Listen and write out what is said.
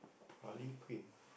Harley-Quinn